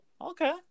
Okay